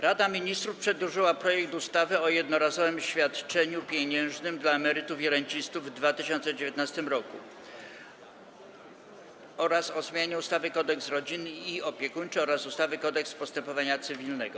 Rada Ministrów przedłożyła projekty ustaw: - o jednorazowym świadczeniu pieniężnym dla emerytów i rencistów w 2019 r., - o zmianie ustawy Kodeks rodzinny i opiekuńczy oraz ustawy Kodeks postępowania cywilnego.